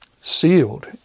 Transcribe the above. Sealed